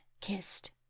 kissed